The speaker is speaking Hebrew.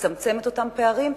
לצמצם את אותם פערים.